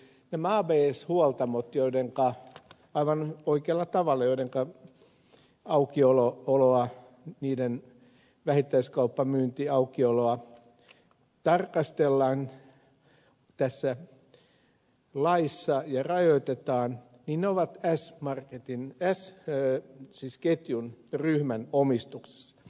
nämä abc huoltamot joidenka vähittäiskauppamyyntiaukioloa aivan oikealla tavalla tarkastellaan tässä laissa ja rajoitetaan ovat s marketin päässä kööt siis ketjun ja ryhmän omistuksessa